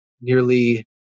nearly